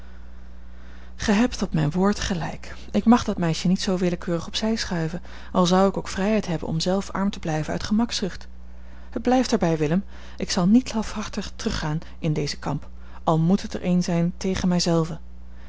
gij hebt op mijn woord gelijk ik mag dat meisje niet zoo willekeurig op zij schuiven al zou ik ook vrijheid hebben om zelf arm te blijven uit gemakzucht het blijft er bij willem ik zal niet lafhartig teruggaan in dezen kamp al moet het er een zijn tegen mijzelven